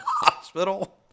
hospital